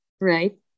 right